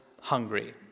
hungry